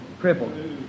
Crippled